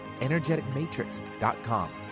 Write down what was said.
energeticmatrix.com